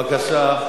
בבקשה.